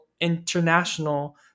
international